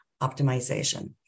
optimization